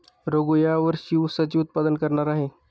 रघू या वर्षी ऊसाचे उत्पादन करणार आहे